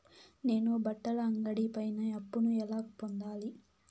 నేను బట్టల అంగడి పైన అప్పును ఎలా పొందాలి?